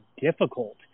difficult